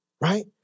right